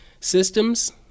systems